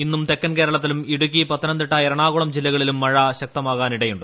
ഇന്നും തെക്കൻ കേരളത്തിലും ഇടുക്കി പത്തനംതിട്ട എന്നിട്കുളം ജില്ലകളിലും മഴ ശക്തമാകാനിടയുണ്ട്